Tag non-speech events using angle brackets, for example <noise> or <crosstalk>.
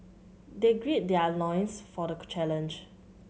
they gird their loins for the <unintelligible> challenge